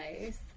nice